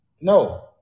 no